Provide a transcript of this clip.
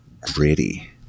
gritty